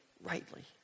rightly